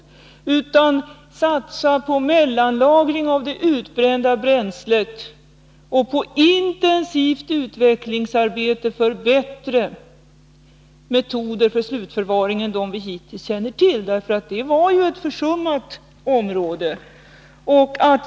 I stället bör vi satsa på mellanlagring av det utbrända bränslet och på intensivt utvecklingsarbete för att få fram bättre metoder för slutförvaring än de vi hittills känner till. Det är ju ett försummat område.